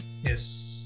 Yes